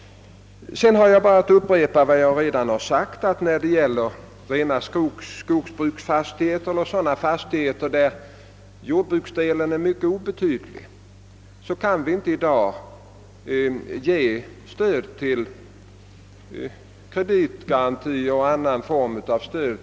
Jag upprepar vidare att när det gäller rena skogsbruksfastigheter eller fastigheter där jordbruksdelen är obetydlig kan vi inte i dag ge kreditgarantier och annan form av stöd.